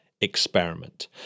experiment